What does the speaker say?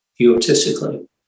Egotistically